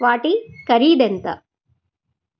వాటి ఖరీదు ఎంత